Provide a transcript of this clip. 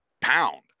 pound